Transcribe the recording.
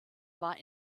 war